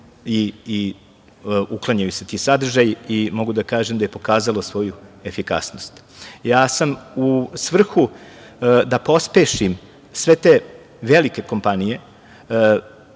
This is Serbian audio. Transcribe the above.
i uklanjaju se ti sadržaji i mogu da kažem da je pokazalo svoju efikasnost.U svrhu da pospešim sve te velike kompanije,